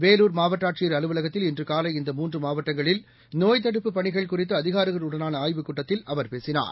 வேலூர் மாவட்டஆட்சியர் அலுவலகத்தில் இன்றுகாலை இந்த மூன்றுமாவட்டங்களில் நோய்த் தடுப்புப் பணிகள் குறித்துஅதிகாரிகளுடனானஆய்வுக் கூட்டத்தில் அவர் பேசினார்